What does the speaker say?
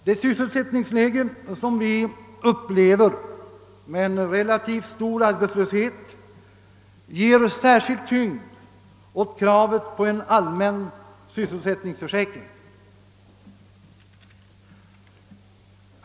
Det sysselsättningsläge som vi upplever, med en relativt stor arbetslöshet, ger särskild tyngd åt kravet på en allmän sysselsättningsförsäkring.